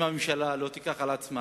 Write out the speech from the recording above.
אם הממשלה לא תיקח על עצמה